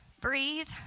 breathe